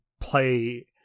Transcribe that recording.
play